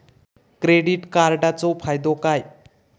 Credit कार्डाचो फायदो काय?